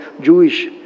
Jewish